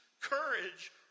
courage